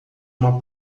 uma